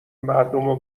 مردمو